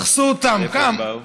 דחסו אותם, לאיפה הם באו?